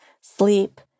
sleep